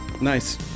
Nice